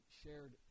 shared